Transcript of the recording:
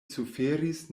suferis